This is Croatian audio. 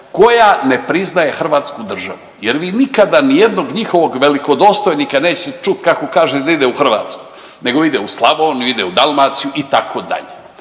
koja ne priznaje hrvatsku državu jer vi nikada nijednog njihovog velikodostojnika nećete čuti kako kaže da ide u Hrvatsku, nego ide u Slavoniju, ide u Dalmaciju, itd.